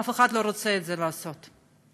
אף אחד לא רוצה לעשות את זה.